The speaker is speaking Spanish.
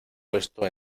puesto